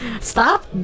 Stop